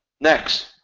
Next